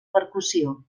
percussió